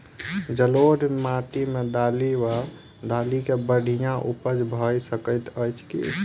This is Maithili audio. जलोढ़ माटि मे दालि वा दालि केँ बढ़िया उपज भऽ सकैत अछि की?